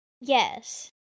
Yes